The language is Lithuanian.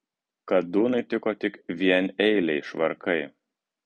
kadūnui tiko tik vieneiliai švarkai